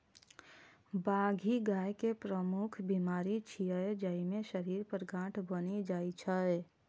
बाघी गाय के प्रमुख बीमारी छियै, जइमे शरीर पर गांठ बनि जाइ छै